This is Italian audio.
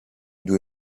due